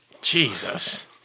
Jesus